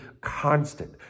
constant